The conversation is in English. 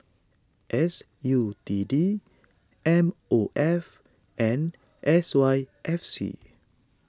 S U T D M O F and S Y F C